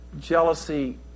jealousy